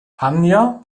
anja